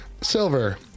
Silver